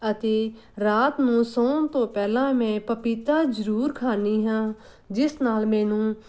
ਅਤੇ ਰਾਤ ਨੂੰ ਸੌਣ ਤੋਂ ਪਹਿਲਾਂ ਮੈਂ ਪਪੀਤਾ ਜ਼ਰੂਰ ਖਾਂਦੀ ਹਾਂ ਜਿਸ ਨਾਲ ਮੈਨੂੰ